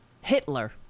Hitler